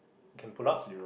can pull up